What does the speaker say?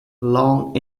long